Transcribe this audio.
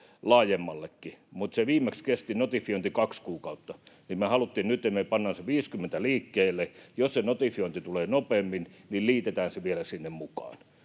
laajemmallekin. Mutta se notifiointi kesti viimeksi kaksi kuukautta, niin että me haluttiin nyt, että pannaan se 50 liikkeelle. Jos se notifiointi tulee nopeammin, niin liitetään se vielä sinne mukaan.